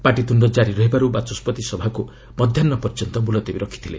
ପାଟିତୁଣ୍ଡ ଜାରି ରହିବାରୁ ବାଚସ୍କତି ସଭାକୁ ମଧ୍ୟାହ୍ନ ପର୍ଯ୍ୟନ୍ତ ମୁଲତବୀ ରଖିଥିଲେ